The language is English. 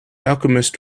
alchemist